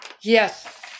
Yes